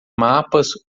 mapas